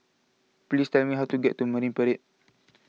please tell me how to get to Marine Parade